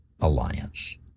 Alliance